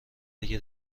اگر